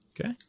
Okay